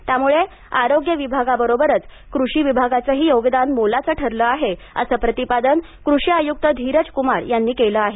त्यामुळे आरोग्य विभागाबरोबरच कृषी विभागाचंही योगदान मोलाचं ठरलं आहे असं प्रतिपादन कृषी आयुक्त धिरज कुमार यांनी केलं आहे